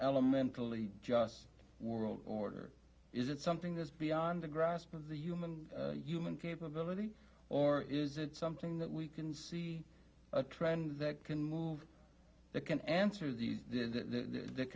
elementally just world order is it something that's beyond the grasp of the human human capability or is it something that we can see a trend that can move that can answer these th